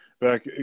back